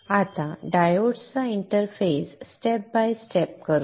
आता डायोड्सचा interface step by step करू